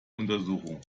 untersuchungen